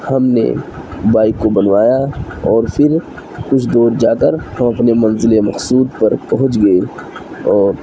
ہم نے بائک کو بنوایا اور پھر کچھ دور جا کر ہم اپنے منزل مقصود پر پہنچ گئے اور